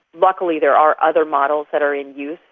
luckily there are other models that are in use,